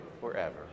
forever